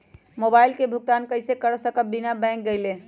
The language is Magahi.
मोबाईल के भुगतान कईसे कर सकब बिना बैंक गईले?